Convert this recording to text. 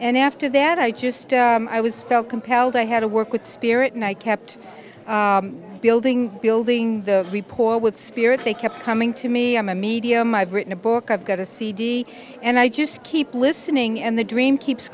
and after that i just i was felt compelled i had to work with spirit and i kept building building the report with spirit they kept coming to me i'm a medium i've written a book i've got a cd and i just keep listening and the dream keeps